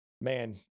Man